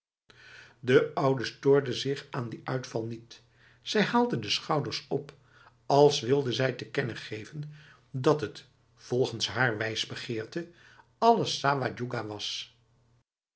de oude stoorde zich aan die uitval niet zij haalde de schouders op als wilde zij te kennen geven dat het volgens haar wijsbegeerte alles sawa djoega was